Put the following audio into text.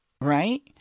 right